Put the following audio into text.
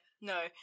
no